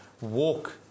walk